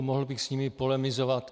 Mohl bych s nimi polemizovat.